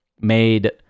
made